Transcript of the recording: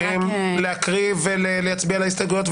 יכולים להקריא ולהצביע על ההסתייגויות?